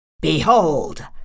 Behold